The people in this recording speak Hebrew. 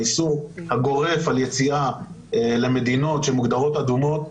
האיסור הגורף על יציאה למדינות שמוגדרות אדומות,